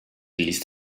ließ